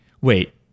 Wait